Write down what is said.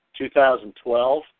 2012